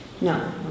No